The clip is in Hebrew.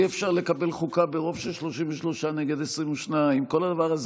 אי-אפשר לקבל חוקה ברוב של 33 נגד 22. כל הדבר הזה